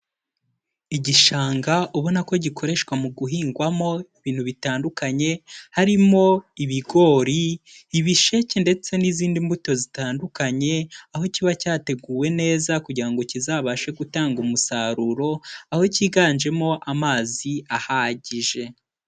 Igishanga ubona ko gikoreshwa mu guhingwamo ibintu bitandukanye, harimo ibigori, ibisheke ndetse n'izindi mbuto zitandukanye, aho kiba cyateguwe neza kugira ngo kizabashe gutanga umusaruro, aho kiganjemo amazi ahagije.